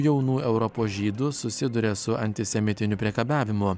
jaunų europos žydų susiduria su antisemitiniu priekabiavimu